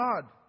God